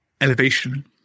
elevation